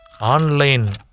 online